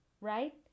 right